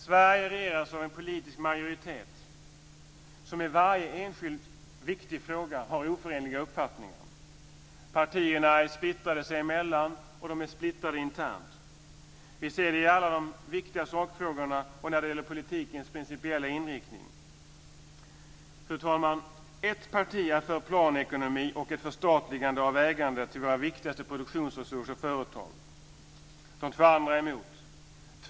Sverige regeras av en politisk majoritet som i varje enskild viktig fråga har oförenliga uppfattningar. Partierna är splittrade sig emellan, och partierna är splittrade internt. Vi ser det i de olika viktiga sakfrågorna och när det gäller politikens principiella inriktning. · Ett parti är för planekonomi och ett förstatligande av ägandet till våra viktigaste produktionsresurser och företag. De två andra är emot detta.